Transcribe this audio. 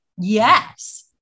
Yes